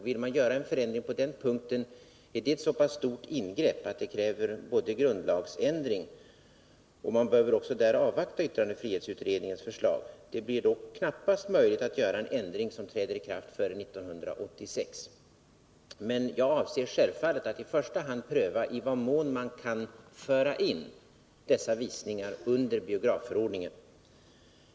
Vill man göra en förändring på den punkten är det ett så pass stort ingrepp att det kräver grundlagsändring. Man bör väl i det avseendet avvakta yttrandefrihetsutredningens förslag, men det blir knappast möjligt att göra en ändring som träder i kraft före 1986. Jag avser emellertid att i första hand pröva i vad mån man kan föra in dessa visningar under biografförordningen.